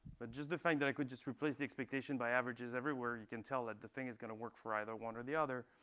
but just defined that i could just replace the expectation by averages everywhere, you can tell that the thing is going to work for either one or the other.